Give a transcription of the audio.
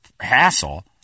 hassle